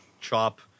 chop